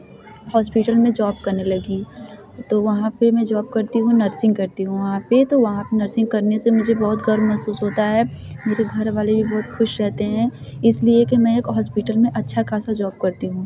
hospital में job करने लगी तो वहाँ पर मैं जॉब करती हूँ नर्सिंग करती हूँ वहाँ पर तो वहाँ नर्सिंग करने से मुझे बहुत गर्व महसूस होता है मेरे घर वाले भी बहुत खुश रहते हैं इसलिए कि मैं हॉस्पिटल में अच्छा खासा जॉब करती हूँ